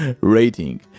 rating